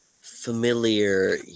familiar